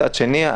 מצד שני,